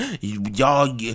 y'all